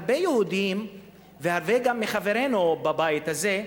הרבה יהודים וגם הרבה מחברינו בבית הזה חושבים,